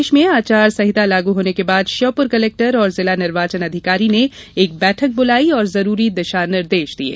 प्रदेश में आचार संहिता लागू होने के बाद श्योपुर कलेक्टर और जिला निर्वाचन अधिकारी ने एक बैठक बुलायी और जरूरी दिशा निर्देश दिये